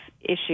issue